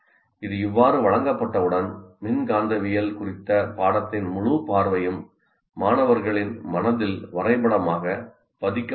இது இவ்வாறு வழங்கப்பட்டவுடன் மின்காந்தவியல் குறித்த பாடத்தின் முழு பார்வையும் மாணவர்களின் மனதில் வரைபடமாக பதிக்கப்படுகிறது